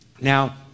Now